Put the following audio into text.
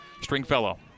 Stringfellow